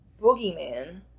Boogeyman